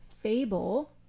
fable